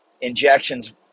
injections